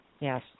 yes